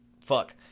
fuck